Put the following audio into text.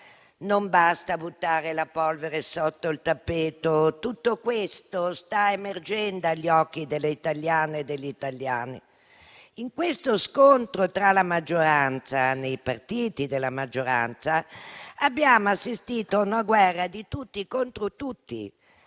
Non basta però buttare la polvere sotto il tappeto, perché questa situazione sta emergendo agli occhi delle italiane e degli italiani. In questo scontro tra i partiti della maggioranza abbiamo assistito a una guerra di tutti contro tutti.